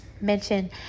mention